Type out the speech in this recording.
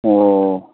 ꯑꯣ